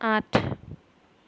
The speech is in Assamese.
আঠ